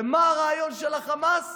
ומה הרעיון של החמאס?